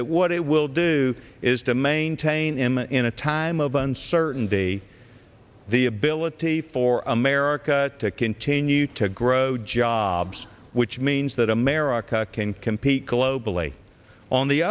that what it will do is to maintain him in a time of uncertainty the ability for america to continue to grow jobs which means that america can compete globally on the